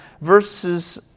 verses